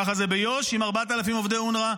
ככה זה ביו"ש עם 4,000 עובדי אונר"א,